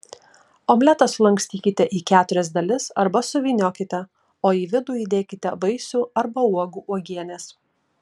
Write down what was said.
omletą sulankstykite į keturias dalis arba suvyniokite o į vidų įdėkite vaisių arba uogų uogienės